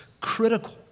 critical